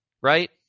right